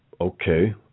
okay